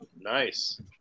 Nice